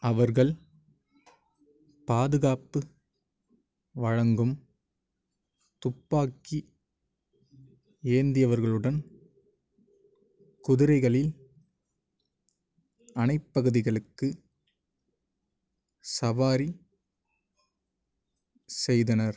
அவர்கள் பாதுகாப்பு வழங்கும் துப்பாக்கி ஏந்தியவர்களுடன் குதிரைகளில் அணைப்பகுதிகளுக்கு சவாரி செய்தனர்